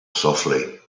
softly